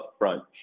upfront